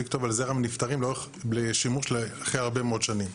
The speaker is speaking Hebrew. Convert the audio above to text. טוב על זרע מנפטרים לשימוש אחרי הרבה מאוד שנים.